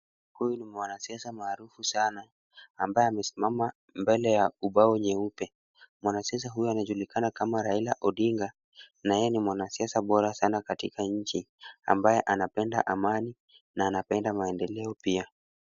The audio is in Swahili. Huyu ni mwanasiasa maarufu sana, ambaye amesimama mbele ya ubao nyeupe. Mwanasiasa huyu anajulikana kama Raila Odinga na yeye ni mwanasiasa bora katika nchi, ambaye anapenda amani na anapenda maendeleo pia.